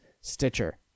stitcher